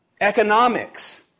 Economics